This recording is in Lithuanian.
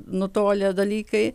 nutolę dalykai